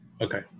Okay